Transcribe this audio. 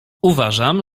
uważam